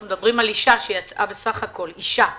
אנחנו מדברים על אישה לא חייל,